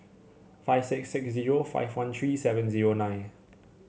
five six six zero five one three seven zero nine